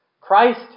Christ